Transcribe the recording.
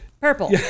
Purple